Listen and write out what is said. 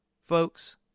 Folks